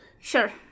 sure